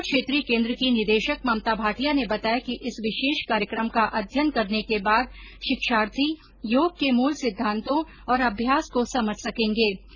जयपुर क्षेत्रीय केन्द्र की निदेशक ममता भाटिया ने बताया कि इस विशेष कार्यक्रम का अध्ययन करने के बाद शिक्षार्थी योग के मूल सिद्दान्तों और अभ्यास को समझ सकेगें